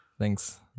Thanks